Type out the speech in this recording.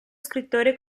scrittore